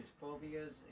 phobias